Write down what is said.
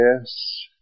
Yes